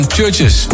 Churches